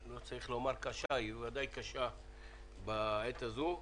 אני לא צריך לומר קשה, כי היא בוודאי קשה בעת הזו.